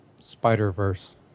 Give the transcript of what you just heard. Spider-Verse